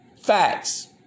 Facts